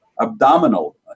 Abdominal